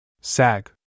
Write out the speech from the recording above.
Sag